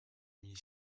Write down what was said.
ier